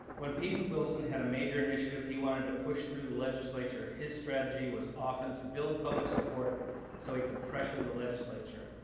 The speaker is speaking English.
when pete wilson had a major initiative he wanted to push through the legislature, his strategy was often to build public support so he could pressure the legislature.